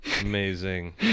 Amazing